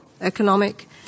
economic